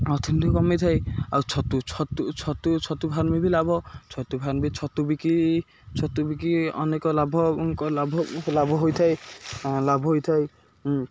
ଅର୍ଥନୀତି କମେଇଥାଏ ଆଉ ଛତୁ ଛତୁ ଛତୁ ଛତୁ ଫାର୍ମ ବି ବି ଲାଭ ଛତୁ ଫାର୍ମ ବି ଛତୁ ବିକି ଛତୁ ବିକି ଅନେକ ଲାଭ ଲାଭ ଲାଭ ହୋଇଥାଏ ଲାଭ ହୋଇଥାଏ